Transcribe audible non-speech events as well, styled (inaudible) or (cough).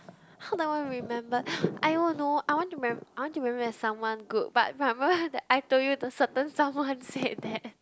how do I want to be remembered I don't know I want to remem~ I want to be remembered as someone good but remember that I told you the certain someone said that (noise)